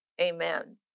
amen